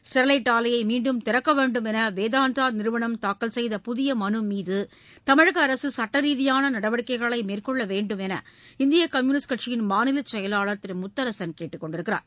Sterlite ஆலையை மீண்டும் திறக்க வேண்டும் என்று வேதாந்தா நிறுவனம் தாக்கல் செய்த புதிய மனு மீது தமிழக அரசு சுட்ட ரீதியான நடவடிக்கைகளை மேற்கொள்ள வேண்டும் என்றும் இந்திய கம்யூனிஸ்ட் கட்சியின் மாநில செயலாளர் திரு முத்தரசன் கேட்டுக்கொண்டுள்ளார்